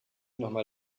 nochmal